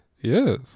Yes